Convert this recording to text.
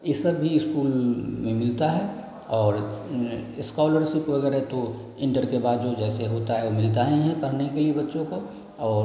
ये सब भी इस्कूल में मिलता है और इस्कौलरसिप वगैरह तो इंटर के बाद जो जैसे होता है वो मिलता ही है पढ़ने के लिए बच्चों को और